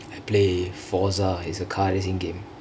I play fozdar is a car racingk game